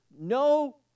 no